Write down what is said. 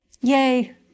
Yay